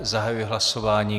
Zahajuji hlasování.